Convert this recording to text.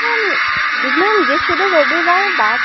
ᱫᱤᱱᱟᱹᱢᱜᱮ ᱥᱩᱫᱷᱩ ᱨᱚᱵᱤᱵᱟᱨ ᱵᱟᱫ